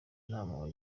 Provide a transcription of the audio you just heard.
nama